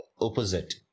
opposite